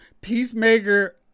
Peacemaker